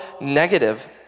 negative